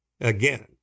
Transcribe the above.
Again